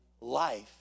life